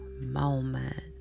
moment